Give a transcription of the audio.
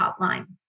hotline